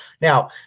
Now